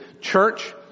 church